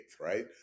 Right